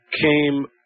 came